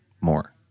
more